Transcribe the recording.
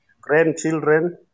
grandchildren